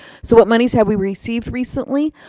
so what monies have we received recently?